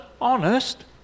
honest